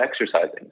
exercising